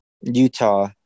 Utah